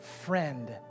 friend